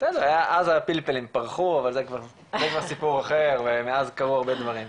אז הפלפלים פרחו אבל זה כבר סיפור אחר ומאז קרו הרבה דברים.